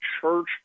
church